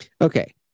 Okay